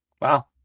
Wow